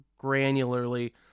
granularly